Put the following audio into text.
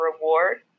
reward